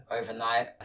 overnight